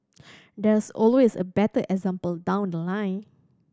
there's always a better example down the line